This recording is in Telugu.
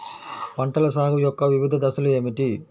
పంటల సాగు యొక్క వివిధ దశలు ఏమిటి?